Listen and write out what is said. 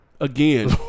again